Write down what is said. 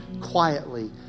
quietly